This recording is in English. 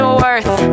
worth